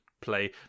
play